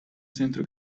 centro